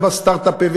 ובסטרט-אפים,